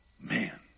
man